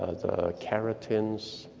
the keratins,